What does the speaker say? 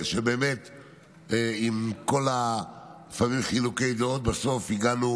שעם כל חילוקי הדעות בסוף הגענו,